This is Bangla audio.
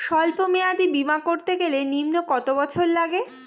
সল্প মেয়াদী বীমা করতে গেলে নিম্ন কত বছর লাগে?